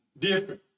different